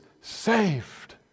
saved